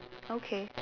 okay